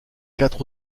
quatre